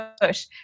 push